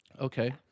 Okay